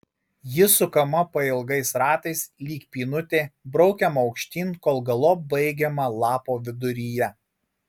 ji sukama pailgais ratais lyg pynutė braukiama aukštyn kol galop baigiama lapo viduryje